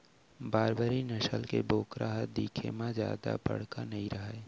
बारबरी नसल के बोकरा ह दिखे म जादा बड़का नइ रहय